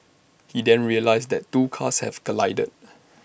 he then realised that two cars had collided